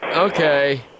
Okay